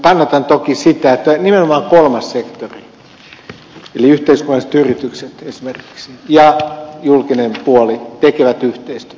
kannatan toki sitä että nimenomaan kolmas sektori eli yhteiskunnalliset yritykset esimerkiksi ja julkinen puoli tekevät yhteistyötä